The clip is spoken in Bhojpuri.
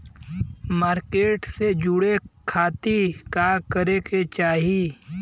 मार्केट से जुड़े खाती का करे के चाही?